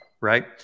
right